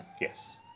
Yes